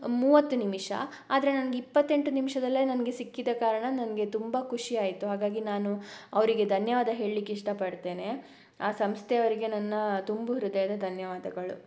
ಮೂವತ್ತು ನಿಮಿಷ ಆದರೆ ನನ್ಗೆ ಇಪ್ಪತ್ತೆಂಟು ನಿಮಿಷದಲ್ಲೇ ನನಗೆ ಸಿಕ್ಕಿದ ಕಾರಣ ನನಗೆ ತುಂಬ ಖುಷಿ ಆಯಿತು ಹಾಗಾಗಿ ನಾನು ಅವರಿಗೆ ಧನ್ಯವಾದ ಹೇಳ್ಲಿಕ್ಕೆ ಇಷ್ಟಪಡ್ತೇನೆ ಆ ಸಂಸ್ಥೆಯವರಿಗೆ ನನ್ನ ತುಂಬು ಹೃದಯದ ಧನ್ಯವಾದಗಳು